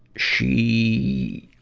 she,